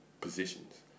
positions